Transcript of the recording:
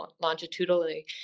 longitudinally